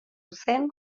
zen